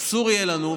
אסור יהיה לנו,